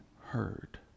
heard